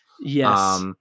Yes